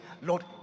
Lord